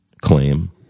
claim